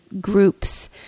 groups